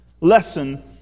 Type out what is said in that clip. lesson